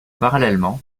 parallèlement